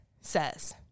says